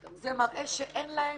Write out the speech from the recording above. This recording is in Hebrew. זה מראה שאין להם